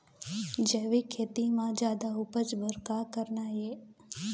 जैविक खेती म जादा उपज बर का करना ये?